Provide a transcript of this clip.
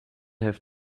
have